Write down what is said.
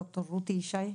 ד"ר רותי ישי,